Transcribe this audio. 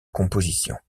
composition